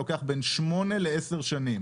לוקח בין שמונה לעשר שנים.